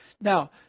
Now